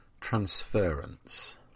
transference